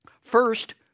First